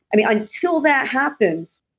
i mean, until that happens,